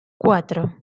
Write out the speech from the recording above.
cuatro